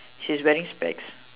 she's wearing specs